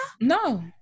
No